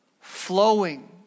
flowing